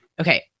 okay